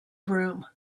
broom